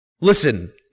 Listen